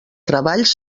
treballs